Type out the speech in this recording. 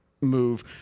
move